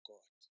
God